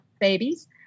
babies